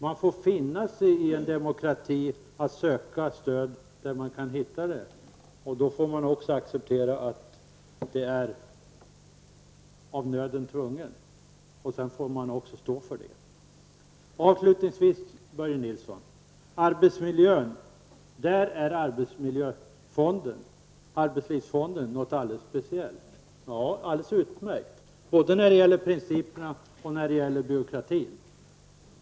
I en demokrati får man finna sig i att söka stöd där man kan hitta det. Då får man också acceptera att man är nödd och tvungen, och sedan får man stå för det. Avslutningsvis Börje Nilsson: I frågan om arbetsmiljön är arbetslivsfonden något alldeles speciellt. Det är alldeles utmärkt, både när det gäller principerna och när det gäller byråkratin.